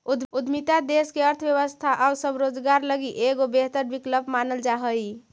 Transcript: उद्यमिता देश के अर्थव्यवस्था आउ स्वरोजगार लगी एगो बेहतर विकल्प मानल जा हई